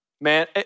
Man